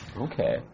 Okay